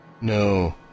No